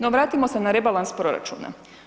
No vratimo se na rebalans proračuna.